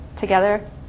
together